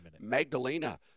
Magdalena